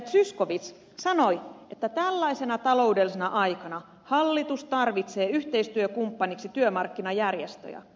zyskowicz sanoi että tällaisena taloudellisena aikana hallitus tarvitsee yhteistyökumppaniksi työmarkkinajärjestöjä